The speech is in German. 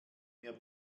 mir